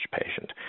patient